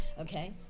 okay